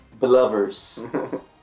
belovers